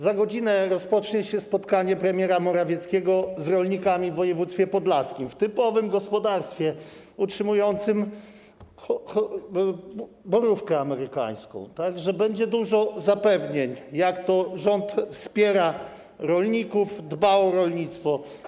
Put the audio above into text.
Za godzinę rozpocznie się spotkanie premiera Morawieckiego z rolnikami w województwie podlaskim, w typowym gospodarstwie utrzymującym borówkę amerykańską, tak że będzie dużo zapewnień, jak to rząd wspiera rolników, dba o rolnictwo.